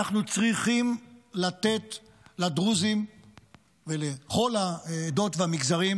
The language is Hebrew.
אנחנו צריכים לתת לדרוזים ולכל העדות והמגזרים